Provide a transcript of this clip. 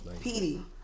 Petey